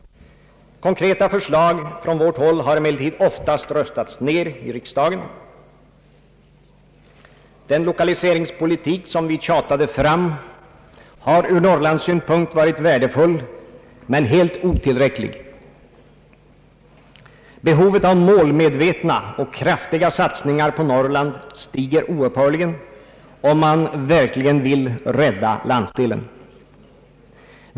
Konkreta förslag från vårt håll har emellertid oftast röstats ned i riksdagen. Den lokaliseringspolitik som vi tjatat fram har ur Norrlandssynpunkt varit värdefull men helt otillräcklig. Behovet av målmedvetna och kraftiga satsningar på Norrland stiger oupphörligen om man verkligen vill rädda landsdelen.